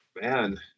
Man